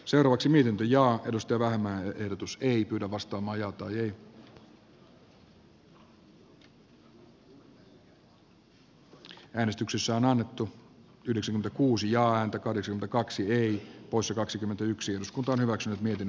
seuraavaksi miten linjaa edusti vähemmän ehdotus ei ensin äänestetään ville vähämäen ehdotuksesta timo kallin ehdotusta vastaan ja häntä olisimme kaksi viisi poissa kaksikymmentäyksi sitten voittaneesta mietintöä vastaan